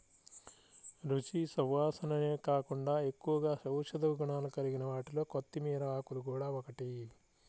రుచి, సువాసనే కాకుండా ఎక్కువగా ఔషధ గుణాలు కలిగిన వాటిలో కొత్తిమీర ఆకులు గూడా ఒకటి